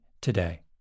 today